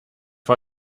war